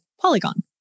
Polygon